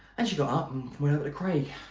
and she got up and went over to craig,